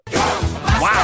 Wow